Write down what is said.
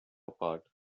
apart